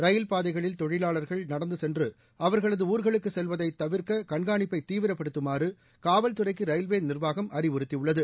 ரயில் பாதைகளில் தொழிலாளா்கள் நடந்து சென்று அவர்களது ஊர்களுக்கு செல்வதை தவிர்க்க கண்காணிப்பை தீவிரப்படுத்துமாறு காவல்துறைக்கு ரயில்வே நிா்வாகம் அறிவுறுத்தியுள்ளது